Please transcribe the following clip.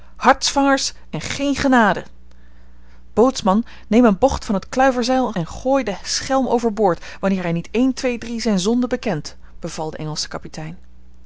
hartsvangers en geen genade bootsman neem een bocht van het kluiverzeil en gooi den schelm over boord wanneer hij niet één twee drie zijn zonden bekent beval de engelsche kapitein